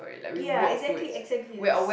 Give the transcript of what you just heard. ya exactly exactly there's